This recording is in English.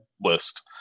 list